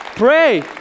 Pray